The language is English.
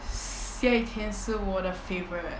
下雨天是我的 favourite